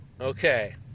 Okay